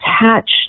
attached